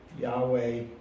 Yahweh